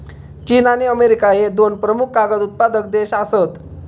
चीन आणि अमेरिका ह्ये दोन प्रमुख कागद उत्पादक देश आसत